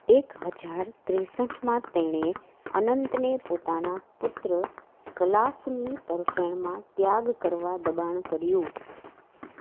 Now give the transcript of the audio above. એક હજાર ત્રેસઠમાં તેણે અનંતને પોતાના પુત્ર કલાસની તરફેણમાં ત્યાગ કરવા દબાણ કર્યું